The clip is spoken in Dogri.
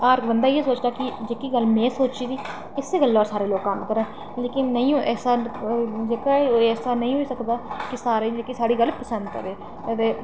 हर बंदा इ'यै सोचदा कि जेह्की गल्ल में सोची दी इस्सै गल्लै र सारे लोक गम्म करन जेह्की नेईं ऐसा जेह्का ऐसा नेईं होई सकदा सारें ई जेह्की साढ़ी गल्ल पसंद अवै